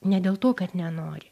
ne dėl to kad nenori